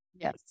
yes